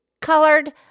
colored